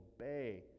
obey